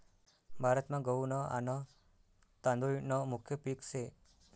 भारतमा गहू न आन तादुळ न मुख्य पिक से